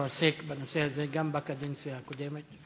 שעסק בנושא הזה גם בקדנציה הקודמת.